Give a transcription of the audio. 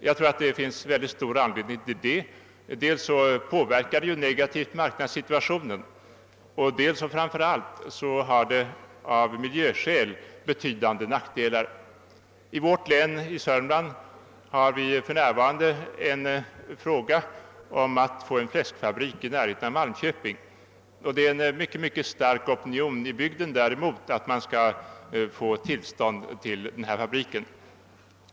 Jag anser att det finns god anledning till det, dels därför att denna produktion påverkar marknadssituationen ne gativt, dels, och framför allt, därför att den medför betydande nackdelar för miljön. I vårt län, Södermanland, har vi för närvarande en ansökan om att få en fläskfabrik förlagd i närheten av Malmköping. Det finns en mycket stark opinion i bygden mot att tillstånd skall lämnas för uppförande av den fabriken.